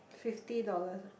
fifty dollars ah